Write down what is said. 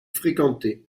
fréquentées